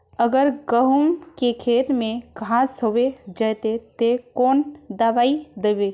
अगर गहुम के खेत में घांस होबे जयते ते कौन दबाई दबे?